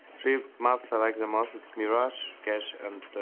three maps i like the most, it's mirage, cache, and